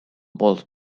was